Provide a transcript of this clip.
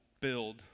build